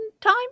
time